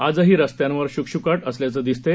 आजही रस्त्यांवर शुकशुकाट असल्याचं दिसतंय